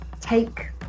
take